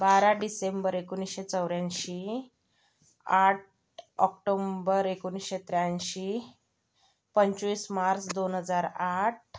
बारा डिसेंबर एकोणीसशे चौऱ्याऐंशी आठ ऑक्टोंबर एकोणीसशे त्र्याऐंशी पंचवीस मार्च दोन हजार आठ